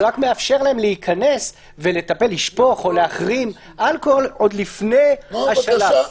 זה רק מאפשר להם להיכנס ולשפוך או להחרים אלכוהול עוד לפני השלב.